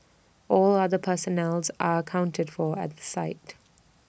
all other personnel are accounted for at the site